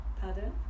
Pardon